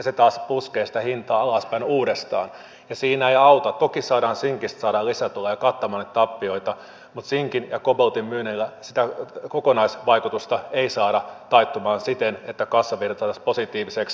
se taas puskee sitä hintaa alaspäin uudestaan ja siinä vaikka toki saadaan sinkistä lisätuloja kattamaan näitä tappioita sinkin ja koboltin myynnillä sitä kokonaisvaikutusta ei saada taittumaan siten että kassavirta saataisiin positiiviseksi